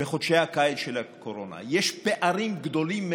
בחודשי הקיץ של הקורונה, יש פערים גדולים מאוד,